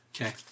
Okay